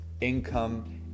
income